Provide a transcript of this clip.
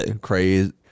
Crazy